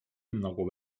nagu